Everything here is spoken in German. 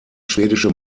schwedische